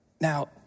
Now